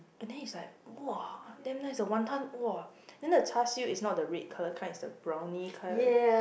but then it's like !wah! damn nice the wanton !wah! then the char siew is not the red colour kind it's the browny colour